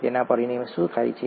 તેના પરિણામે શું થાય છે